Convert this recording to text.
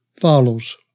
follows